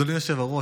אדוני היושב-ראש,